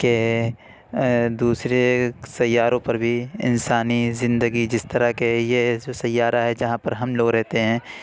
کہ دوسرے سیاروں پر بھی انسانی زندگی جس طرح کے یہ جو سیارہ ہے جہاں پر ہم لوگ رہتے ہیں